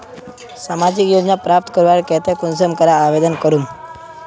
सामाजिक योजना प्राप्त करवार केते कुंसम करे आवेदन करूम?